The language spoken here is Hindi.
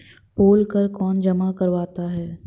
पोल कर कौन जमा करवाता है?